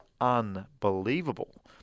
unbelievable